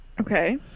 Okay